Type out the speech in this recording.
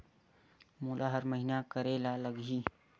मोला हर महीना करे ल लगही?